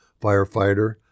firefighter